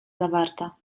zawarta